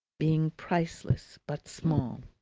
being priceless but small.